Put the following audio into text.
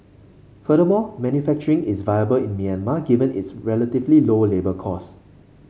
furthermore manufacturing is viable in Myanmar given its relatively low labour costs